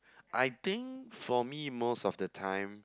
I think for me most of the time